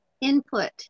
Input